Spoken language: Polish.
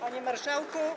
Panie Marszałku!